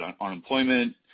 unemployment